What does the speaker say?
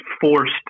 forced